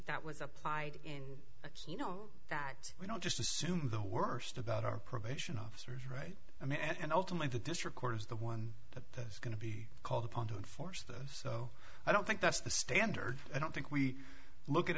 that was applied in you know that we don't just assume the worst about our probation officers right i mean and ultimately that this record is the one that's going to be called upon to enforce them so i don't think that's the standard i don't think we look at